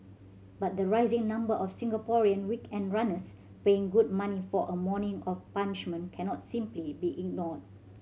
but the rising number of Singaporean weekend runners paying good money for a morning of punishment cannot simply be ignored